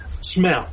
smell